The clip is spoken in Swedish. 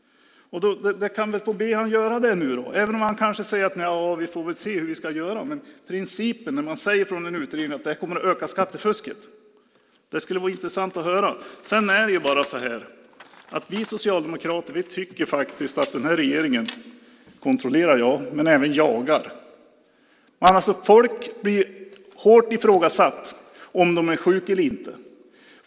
Det kan jag be honom att göra nu, även om han kanske säger: Vi får se hur vi gör. Men principiellt, vad säger man när utredaren säger att det kommer att leda till att skattefusket ökar? Det skulle vara intressant att höra. Vi socialdemokrater tycker att den här regeringen kontrollerar men även jagar. Folk blir hårt ifrågasatta om de är sjuka eller inte.